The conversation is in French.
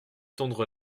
tondre